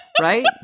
Right